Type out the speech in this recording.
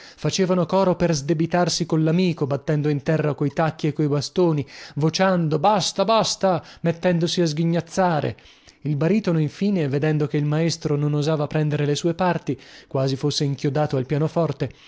facevano coro per sdebitarsi collamico battendo in terra coi tacchi e coi bastoni vociando basta basta mettendosi a sghignazzare il baritono infine vedendo che il maestro non osava prendere le sue parti quasi fosse inchiodato al pianoforte